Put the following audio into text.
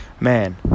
man